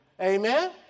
Amen